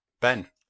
Ben